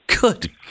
Good